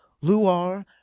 luar